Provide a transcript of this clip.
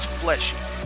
fleshy